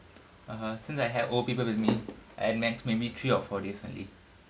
(uh huh) since I have old people with me at max maybe three or four days only